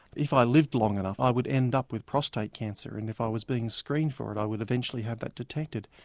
if i lived long enough i would end up with prostate cancer. and if i was being screened for it i would eventually have that detected.